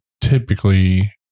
typically